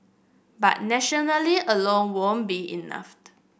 but alone won't be enough